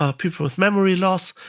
ah people with memory loss.